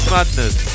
Madness